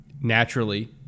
Naturally